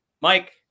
Mike